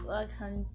Welcome